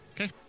okay